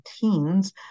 teens